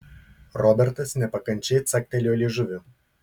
robertas nepakančiai caktelėjo liežuviu